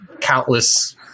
countless